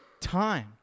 time